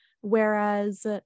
Whereas